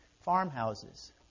farmhouses